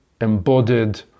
embodied